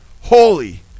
holy